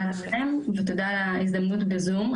תודה לכם ותודה על ההזדמנות בזום.